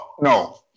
no